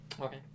Okay